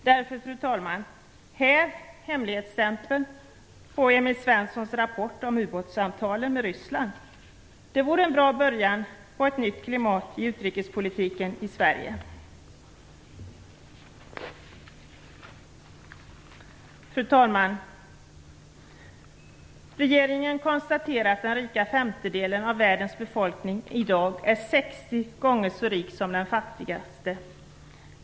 Därför, fru talman, bör hemligstämpeln på Emil Svenssons rapport om ubåtssamtalen med Ryssland hävas. Det vore en bra början på ett nytt klimat i utrikespolitiken i Sverige. Fru talman! Regeringen konstaterar att den rika femtedelen av världens befolkning i dag är 60 gånger så rik som den fattigaste.